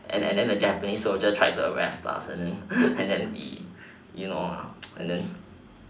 and then and then the japanese soldier tried to arrest us and then you know ah and then